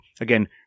again